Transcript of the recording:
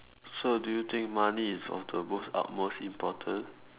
so do you think money is of the most utmost important